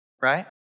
right